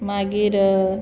मागीर